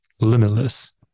limitless